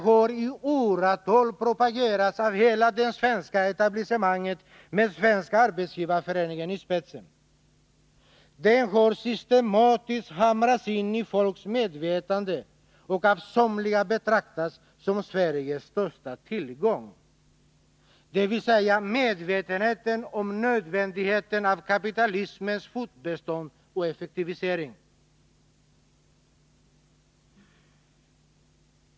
För den har hela det svenska etablissemanget med Svenska arbetsgivareföreningen i spetsen i åratal propagerat. Den har systematiskt hamrats in i folks medvetande och av somliga betraktats som Sveriges största tillgång, dvs. medvetenheten om det nödvändiga i kapitalismens fortbestånd och effektivisering.